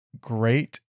great